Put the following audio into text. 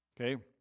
Okay